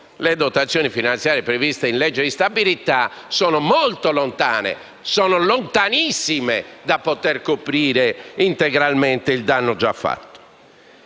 le dotazioni finanziarie previste in legge di stabilità sono molto lontane, lontanissime dal poter coprire integralmente il danno già fatto.